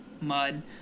mud